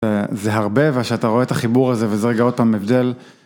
זה הרבה וכשאתה רואה את החיבור הזה וזה רגע עוד פעם הבדל...